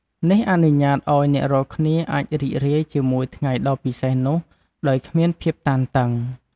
នេះអនុញ្ញាតឲ្យអ្នករាល់គ្នាអាចរីករាយជាមួយថ្ងៃដ៏ពិសេសនោះដោយគ្មានភាពតានតឹង។